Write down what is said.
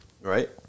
right